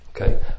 Okay